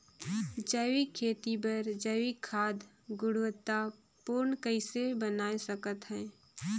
जैविक खेती बर जैविक खाद गुणवत्ता पूर्ण कइसे बनाय सकत हैं?